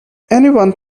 anyone